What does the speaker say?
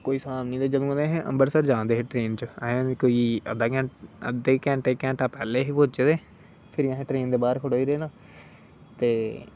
कोई सहाब नेईं ते जंदू दा असें अंबरसर जारदे हे ट्रेन च कोई अद्धे घंटे घंटा पहलें हे पौंहचे दे फिरी असें ट्रेन दे बाहर खड़ोई रेह् ना ते